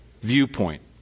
viewpoint